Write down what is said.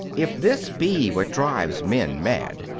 if this be what drives men mad,